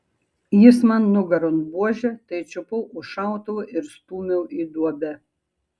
jis man nugaron buože tai čiupau už šautuvo ir stūmiau į duobę